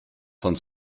von